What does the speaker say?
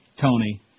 Tony